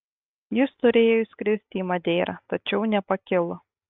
jis turėjo išskristi į madeirą tačiau nepakilo